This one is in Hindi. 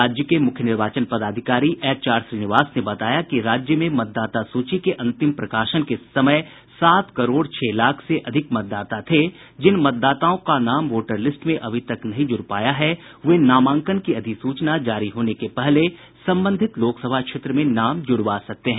राज्य के मुख्य निर्वाचन पदाधिकारी एच आर श्रीनिवास ने बताया कि राज्य में मतदाता सूची के अंतिम प्रकाशन के समय सात करोड़ छह लाख से अधिक मतदाता थे जिन मतदाताओं का नाम वोटर लिस्ट में अभी तक नहीं जुड़ पाया है वे नामांकन की अधिसूचना जारी होने के पहले संबंधित लोकसभा क्षेत्र में नाम जुड़वा सकते हैं